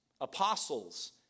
apostles